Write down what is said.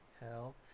Hell